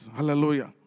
Hallelujah